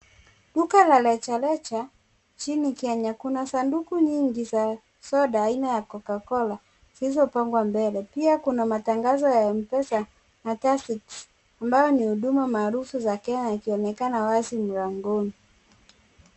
Duka la reja reja nchini Kenya. Kuna sanduku nyingi za soda aina ya cocacola zilizopangwa mbele. Pia kuna matangazo ya M-Pesa na TUSKYS, ambayo ni huduma maarufu za Kenya, ikionekana wazi mlangoni.